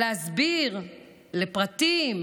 להסביר לפרטים,